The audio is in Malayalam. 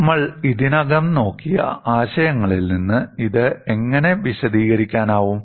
നമ്മൾ ഇതിനകം നോക്കിയ ആശയങ്ങളിൽ നിന്ന് ഇത് എങ്ങനെ വിശദീകരിക്കാനാകും